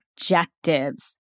objectives